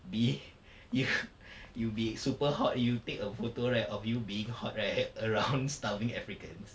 be you you be super hot you take a photo right of you being hot right around starving africans